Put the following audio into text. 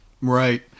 Right